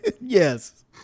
Yes